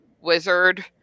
wizard